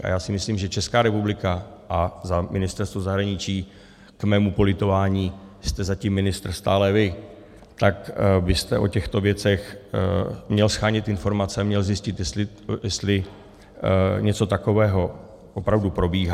A já si myslím, že Česká republika a za Ministerstvo zahraničí k mému politování jste zatím ministr stále vy, tak byste o těchto věcech měl shánět informace, měl zjistit, jestli něco takového opravdu probíhá.